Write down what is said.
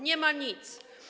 Nie ma nic.